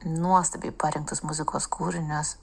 nuostabiai parinktus muzikos kūrinius